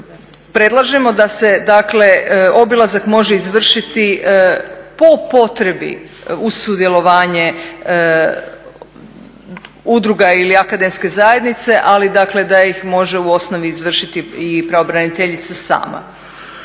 predlažemo da se dakle obilazak može izvršiti po potrebi uz sudjelovanje udruga ili akademske zajednice ali dakle da ih može u osnovi izvršiti i pravobraniteljica sama.